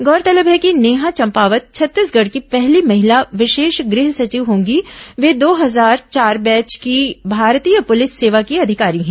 गौरतलब है कि नेहा चंपावत छत्तीसगढ़ की पहली महिला विशेष गृह सचिव होंगी वे दो हजार चार बैच की भारतीय पुलिस सेवा की अधिकारी हैं